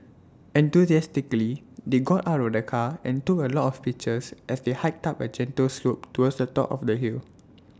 enthusiastically they got out of the car and took A lot of pictures as they hiked up A gentle slope towards the top of the hill